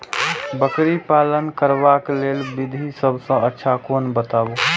बकरी पालन करबाक लेल विधि सबसँ अच्छा कोन बताउ?